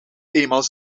eenmaal